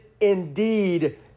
indeed